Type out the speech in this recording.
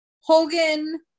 Hogan